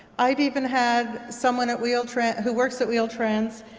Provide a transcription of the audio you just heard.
i've even had someone at wheel-trans, who works at wheel-trans